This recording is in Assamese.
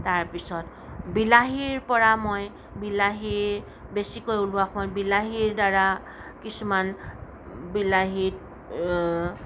তাৰ পিছত বিলাহীৰ পৰা মই বিলাহী বেছিকৈ ওলোৱাৰ সময়ত বিলাহীৰ দ্বাৰা কিছুমান বিলাহী